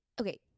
Okay